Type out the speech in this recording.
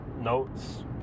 notes